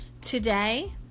Today